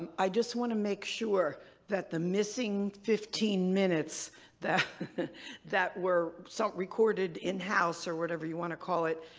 and i just want to make sure that the missing fifteen minutes that were were so recorded in-house, or whatever you want to call it,